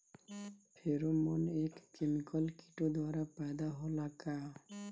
Pheromone एक chemical किटो द्वारा पैदा होला का?